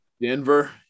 Denver